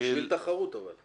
בשביל תחרות אבל.